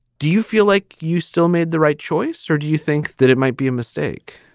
do you feel like you still made the right choice or do you think that it might be a mistake?